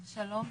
שלום.